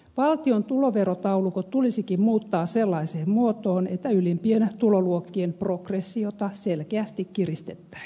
valtion tuloverotaulukot tulisikin muuttaa sellaiseen muotoon että ylimpien tuloluokkien progressiota selkeästi kiristettäisiin